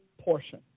portion